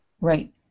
Right